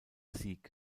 sieg